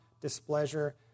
displeasure